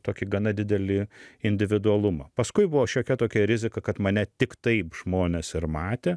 tokį gana didelį individualumą paskui buvo šiokia tokia rizika kad mane tik taip žmonės ir matė